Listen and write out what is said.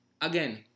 again